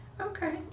okay